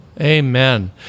Amen